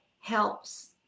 helps